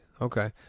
Okay